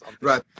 Right